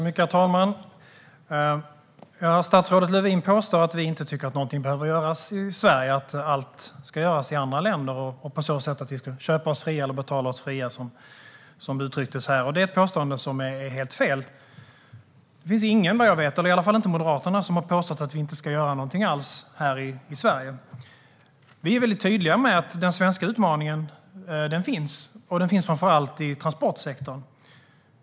Herr talman! Statsrådet Lövin påstår att vi tycker att det inte behöver göras någonting i Sverige, att allt ska göras i andra länder och att vi skulle köpa oss fria, som det uttrycktes här. Det är helt fel. Jag vet ingen, i alla fall inte från Moderaterna, som har påstått att vi inte ska göra någonting alls här i Sverige. Vi är tydliga med att den svenska utmaningen finns. Och den finns framför allt i transportsektorn.